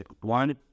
One